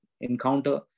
encounter